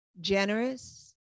generous